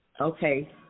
Okay